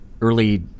early